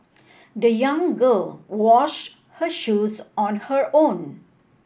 the young girl washed her shoes on her own